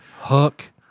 Hook